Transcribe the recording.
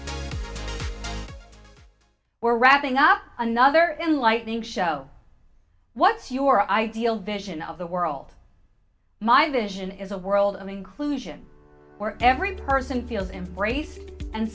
for wrapping up another enlightening show what's your ideal vision of the world my vision is a world of inclusion where every person feels embraced and